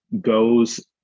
goes